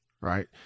right